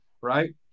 right